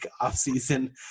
off-season